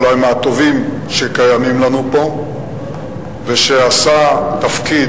אולי מהטובים שקיימים לנו פה ושהיה בתפקיד